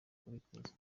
kubikuza